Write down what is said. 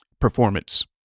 performance